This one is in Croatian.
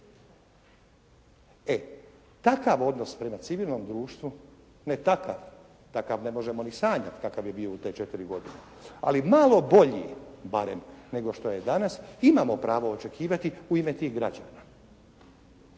E, takav odnos prema civilnom društvu, ne takav, takav ne možemo niti sanjati kakav je bio u te 4 godine, ali malo bolji barem nego što je danas, imamo pravo očekivati u ime tih građana.